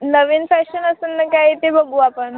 नवीन fashion असेल ना काय आहे ते बघू आपण